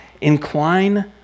Incline